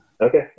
Okay